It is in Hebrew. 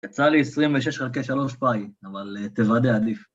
יצאה לי 26 חלקי 3 פאי, אבל תוודא עדיף